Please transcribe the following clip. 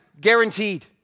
guaranteed